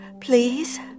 please